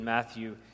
Matthew